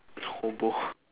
hobo